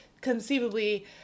conceivably